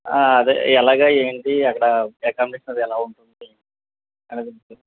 అదే ఎలాగ ఏంటి అక్కడ అకామిడేషన్ అది ఎలా ఉంటుంది అది